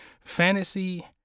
fantasy